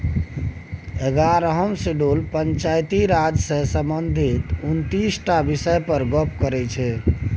एगारहम शेड्यूल पंचायती राज सँ संबंधित उनतीस टा बिषय पर गप्प करै छै